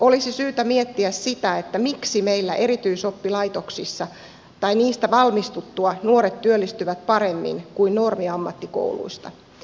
olisi syytä miettiä sitä miksi meillä erityisoppilaitoksista tai niistä valmistuttua nuoret työllistyvät paremmin kuin normiammattikouluista